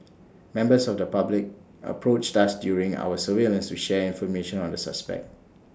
members of the public approached us during our surveillance to share information on the suspect